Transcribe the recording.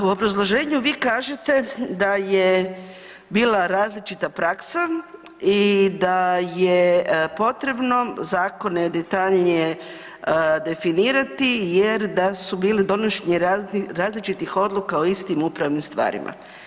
U obrazloženju vi kažete da je bila različita praksa i da je potrebno zakone detaljnije definirati jer da su bili donošenje različitih odluka o istim upravnim stvarima.